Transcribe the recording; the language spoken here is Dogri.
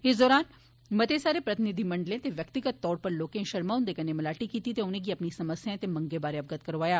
इस दौरान मते सारे प्रतिनिधिमंडलें ते व्यक्तिगत तौर उप्पर लोकें शर्मा ह्न्दे कन्नै मलाटी कीती ते उनेंगी अपनी समस्याएं ते मगें बारै अवगत करोआया